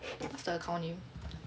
what's the account name